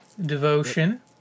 Devotion